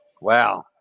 Wow